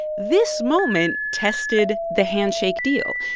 this moment tested the handshake deal.